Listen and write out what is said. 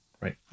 right